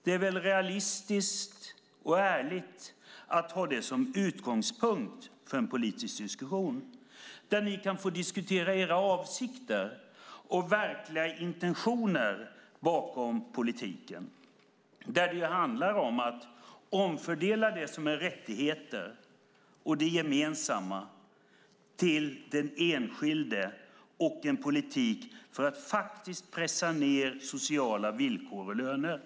Det är realistiskt och ärligt att ha detta som utgångspunkt för en politisk diskussion. Där kan ni få diskutera era avsikter och verkliga intentioner bakom politiken. Det handlar om att omfördela det som är rättigheter och det gemensamma till den enskilde. Det är en politik för att pressa ned sociala villkor och löner.